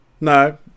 No